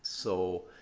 so